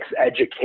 education